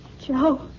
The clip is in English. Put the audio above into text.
Joe